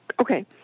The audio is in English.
Okay